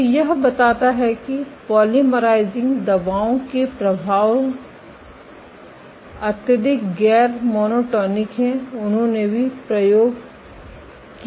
तो यह बताता है कि पोलीमराइजिंग दवाओं के ये प्रभाव अत्यधिक गैर मोनोटोनिक हैं उन्होंने भी प्रयोग किया है